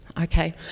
okay